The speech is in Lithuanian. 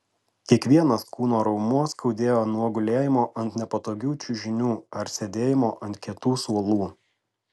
kiekvienas kūno raumuo skaudėjo nuo gulėjimo ant nepatogių čiužinių ar sėdėjimo ant kietų suolų